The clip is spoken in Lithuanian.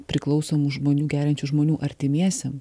priklausomų žmonių geriančių žmonių artimiesiem